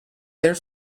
there